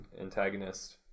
antagonist